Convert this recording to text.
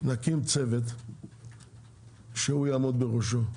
נקים צוות שסגלוביץ' יעמוד בראשו.